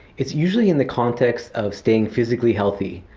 it's usually in the context of staying physically healthy.